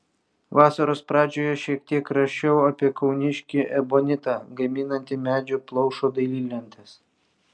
vasaros pradžioje šiek tiek rašiau apie kauniškį ebonitą gaminantį medžio plaušo dailylentes